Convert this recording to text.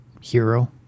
hero